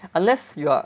unless you are